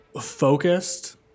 focused